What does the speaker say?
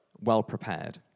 well-prepared